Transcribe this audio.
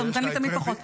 אתה נותן לי תמיד פחות.